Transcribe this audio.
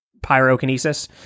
pyrokinesis